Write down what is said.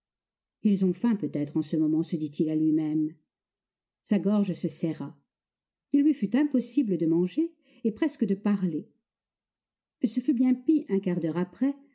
ils ont faim peut-être en ce moment se dit-il à lui-même sa gorge se serra il lui fut impossible de manger et presque de parler ce fut bien pis un quart d'heure après